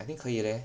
I think 可以 leh